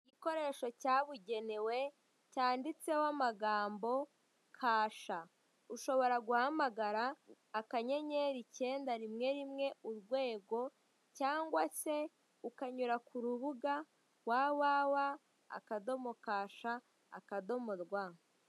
Igikoresho cyabugenewe cyanditseho amagambo kasha. Ushobora guhamagara akanyenyeri ikenda, rimwe, rimwe, urwego, cyangwa se ukanyura k'urubuga wa, wa, wa akadomo kasha, akadomo rwa.